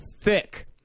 thick